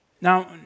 Now